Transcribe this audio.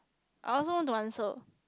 I also want to answer